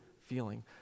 feeling